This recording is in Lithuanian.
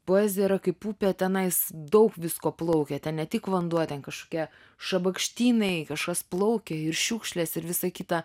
poezija yra kaip upė tenais daug visko plaukia ten ne tik vanduo ten kažkokie šabakštynai kažkas plaukia ir šiukšlės ir visa kita